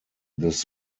this